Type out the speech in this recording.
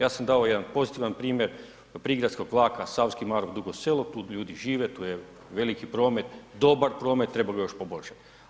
Ja sam dao jedan pozitivan primjer prigradskog vlaka, Savski Marof-Dugo Selo, tu ljudi žive, tu je veliki promet, dobar promet, trebalo bi ga još poboljšat.